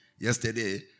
Yesterday